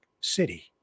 City